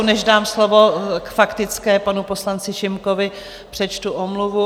Než dám slovo k faktické panu poslanci Šimkovi, přečtu omluvu.